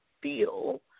feel